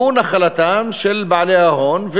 הוא נחלתם של בעלי ההון,